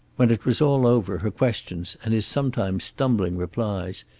when it was all over, her questions and his sometimes stumbling replies,